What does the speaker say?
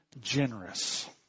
generous